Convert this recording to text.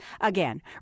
Again